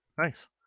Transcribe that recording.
nice